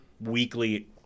weekly